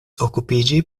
okupiĝi